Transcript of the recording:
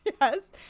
yes